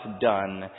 done